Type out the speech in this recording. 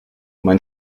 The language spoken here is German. mein